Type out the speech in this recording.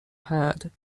had